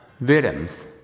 Williams